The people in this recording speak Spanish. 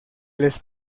les